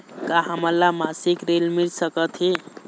का हमन ला मासिक ऋण मिल सकथे?